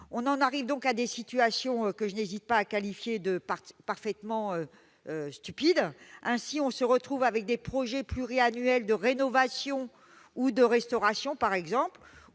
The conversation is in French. On en arrive donc à des situations que je n'hésite pas à qualifier de parfaitement stupides. Ainsi, sur certains projets pluriannuels de rénovation ou de restauration, par exemple,